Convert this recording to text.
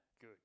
good